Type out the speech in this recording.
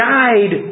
died